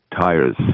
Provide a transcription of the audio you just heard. tires